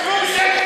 שבו בשקט.